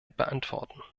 beantworten